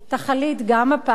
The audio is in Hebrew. תחליט גם הפעם,